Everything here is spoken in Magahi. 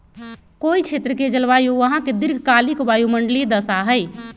कोई क्षेत्र के जलवायु वहां के दीर्घकालिक वायुमंडलीय दशा हई